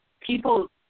people